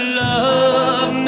love